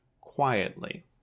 quietly